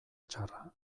txarra